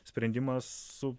sprendimą su